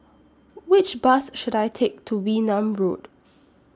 Which Bus should I Take to Wee Nam Road